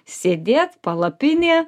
sėdėt palapinė